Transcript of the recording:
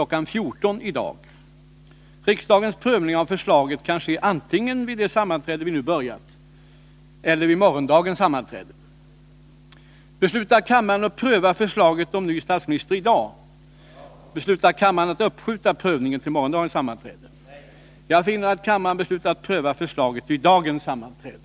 14.00 i dag. Riksdagens prövning av förslaget kan ske antingen vid det sammanträde vi nu börjat eller vid morgondagens sammanträde.